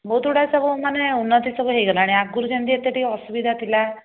ବହୁତ ଗୁଡ଼ାଏ ସବୁ ମାନେ ଉନ୍ନତି ସବୁ ହେଇଗଲାଣି ଆଗରୁ ଯେମିତି ଏତେ ଟିକେ ଅସୁବିଧା ଥିଲା